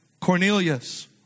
Cornelius